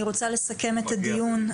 אני רוצה לסכם את הדיון.